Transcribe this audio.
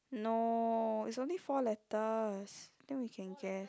no it's only four letters then we can guess